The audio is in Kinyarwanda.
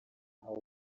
aho